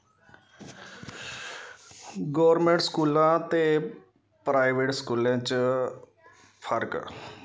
government स्कूला ते private स्कूलें च फर्क